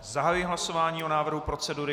Zahajuji hlasování o návrhu procedury.